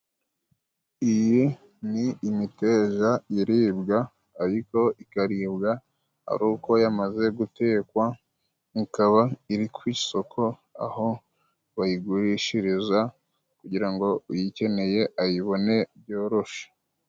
Iyi ni imiteja iribwa ariko ikaribwa ari uko yamaze gutekwa, ikaba iri ku isoko aho bayigurishiriza kugira ngo uyikeneye ayibone byoroshe.